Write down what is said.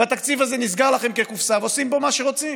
והתקציב הזה נסגר לכם כקופסה ועושים בו מה שרוצים,